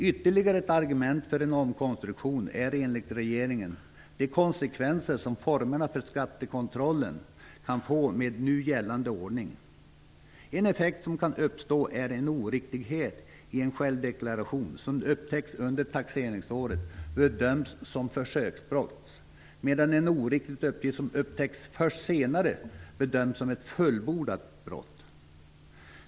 Ytterligare ett argument för en omkonstruktion är enligt regeringen de konsekvenser som formerna för skattekontrollen kan få med den nu gällande ordningen. En effekt som kan uppstå är att oriktighet i en självdeklaration som upptäcks under taxeringsåret bedöms som ett försöksbrott, medan en oriktig uppgift som upptäcks först senare bedöms som ett fullbordat brott.